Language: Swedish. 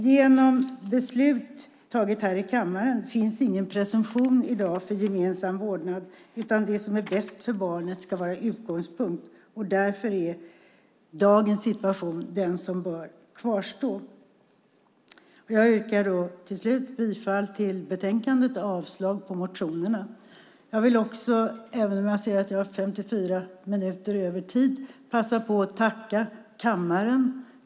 Genom beslut fattat här i kammaren finns ingen presumtion i dag för gemensam vårdnad, utan det som är bäst för barnet ska vara utgångspunkt. Därför är dagens situation den som bör kvarstå. Jag yrkar bifall till förslaget i betänkandet och avslag på motionerna. Jag vill också passa på att tacka kammaren.